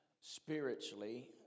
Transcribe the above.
spiritually